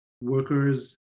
workers